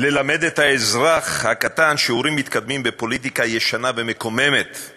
ללמד את האזרח הקטן שיעורים מתקדמים בפוליטיקה ישנה ומקוממת,